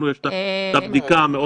לנו יש את הבדיקה המאוד מקצועית.